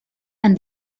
and